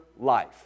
life